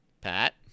Pat